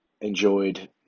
Enjoyed